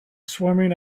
swimming